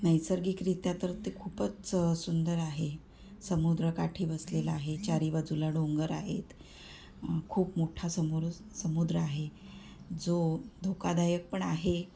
नैसर्गिकरित्या तर ते खूपच सुंदर आहे समुद्र काठी बसलेलं आहे चारीबाजूला डोंगर आहेत खूप मोठा समोर समुद्र आहे जो धोकादायक पण आहे